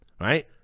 right